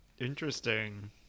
Interesting